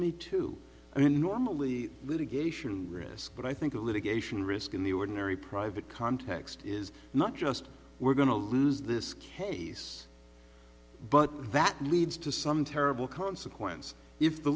me too i mean normally litigation risk but i think a litigation risk in the ordinary private context is not just we're going to lose this case but that leads to some terrible consequence if the